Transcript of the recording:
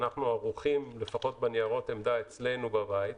אנחנו ערוכים לפחות בניירות עמדה אצלנו בבית,